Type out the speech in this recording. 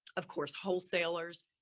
of course, wholesalers,